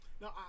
No